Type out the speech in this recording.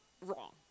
wrong